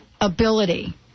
ability